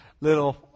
little